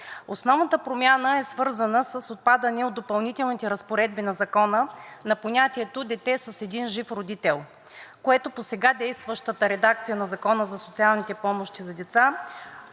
Основната промяна е свързана с отпадане от Допълнителните разпоредби на Закона на понятието „дете с един жив родител“, което по сега действащата редакция на Закона за социалните помощи за деца